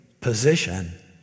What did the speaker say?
position